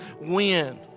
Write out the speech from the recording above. win